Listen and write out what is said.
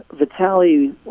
Vitaly